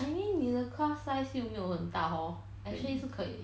I mean 你的 class size 又没有说很大 hor actually 是可以